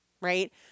right